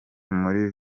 muri